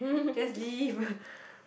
just leave